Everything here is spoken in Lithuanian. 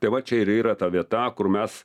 tai va čia ir yra ta vieta kur mes